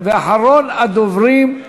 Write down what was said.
ואחרון הדוברים,